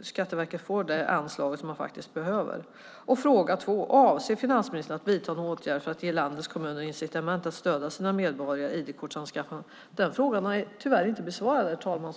Skatteverket får det anslag man behöver. Avser finansministern att vidta några åtgärder för att ge landets kommuner incitament att stödja sina medborgare i ID-kortsanskaffandet? Den frågan är tyvärr inte besvarad, herr talman.